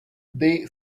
they